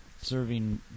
serving